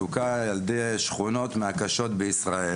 אם הרחקות עכשיו זה לא רק משטרה,